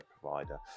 provider